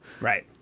Right